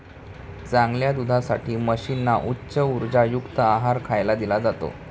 चांगल्या दुधासाठी म्हशींना उच्च उर्जायुक्त आहार खायला दिला जातो